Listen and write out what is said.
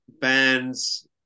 bands